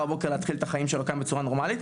בבוקר להתחיל את החיים שלו כאן בצורה נורמלית.